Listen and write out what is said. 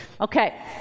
Okay